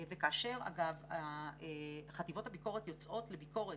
כאשר חטיבות הביקורת יוצאות לביקורת,